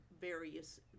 various